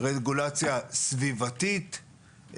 רגולציה סביבתית,